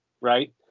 right